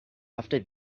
after